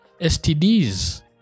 STDs